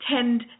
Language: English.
tend